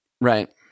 Right